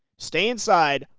stay inside,